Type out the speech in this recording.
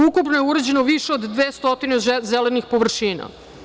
Ukupno je urađeno više od 200 zelenih površina.